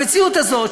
המציאות הזאת,